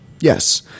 yes